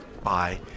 bye